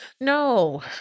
No